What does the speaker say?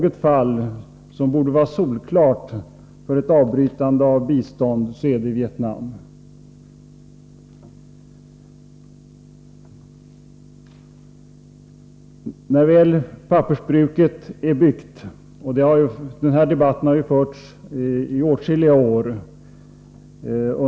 Och det borde vara solklart att biståndet till Vietnam, om något, skall avbrytas. Den här debatten har förts i åtskilliga år.